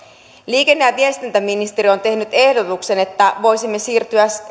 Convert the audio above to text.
liikenne ja viestintäministeriö on tehnyt ehdotuksen että voisimme siirtyä